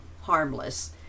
harmless